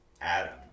Adam